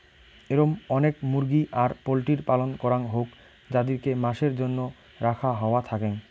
এরম অনেক মুরগি আর পোল্ট্রির পালন করাং হউক যাদিরকে মাসের জন্য রাখা হওয়া থাকেঙ